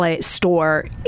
store